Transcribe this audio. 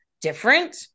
different